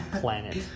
planet